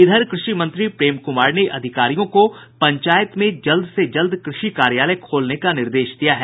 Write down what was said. इधर कृषि मंत्री प्रेम कुमार ने अधिकारियों को पंचायतों में जल्द से जल्द कृषि कार्यालय खोलने का निर्देश दिया है